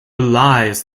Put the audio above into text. belies